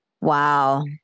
Wow